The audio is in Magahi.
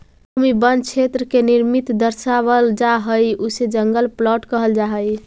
जो भूमि वन क्षेत्र के निमित्त दर्शावल जा हई उसे जंगल प्लॉट कहल जा हई